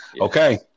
Okay